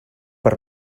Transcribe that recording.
per